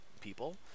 people